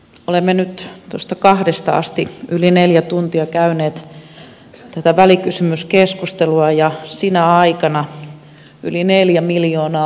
olemme nyt tuosta kahdesta asti yli neljä tuntia käyneet tätä välikysymyskeskustelua ja sinä aikana olemme velkaantuneet yli neljä miljoonaa